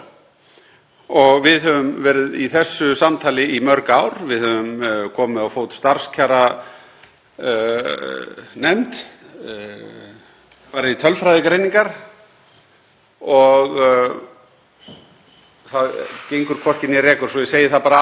farið í tölfræðigreiningar og það gengur hvorki né rekur, svo að ég segi það bara alveg eins og er, það ber enn töluvert mikið í milli. En af hverju skyldi það vera mikilvægt að almenni markaðurinn sé leiðandi? Mér finnst